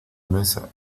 mesa